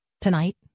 Tonight